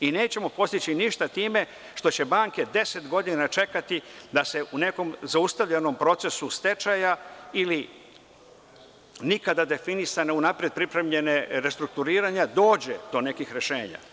Nećemo postići ništa time što će banke 10 godina čekati da se u nekom zaustavljenom procesu stečaja ili nikada definisane, unapred pripremljene, restrukturiranja, dođe do nekih rešenja.